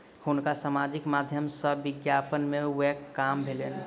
हुनका सामाजिक माध्यम सॅ विज्ञापन में व्यय काम भेलैन